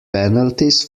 penalties